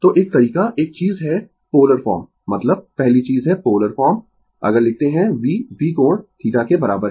तो एक तरीका एक चीज है पोलर फॉर्म मतलब पहली चीज है पोलर फॉर्म अगर लिखते है v V कोण θ के बराबर है